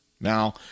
Now